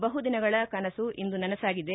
ಬಹು ದಿನಗಳ ಕನಸು ಇಂದು ನನಸಾಗಿದೆ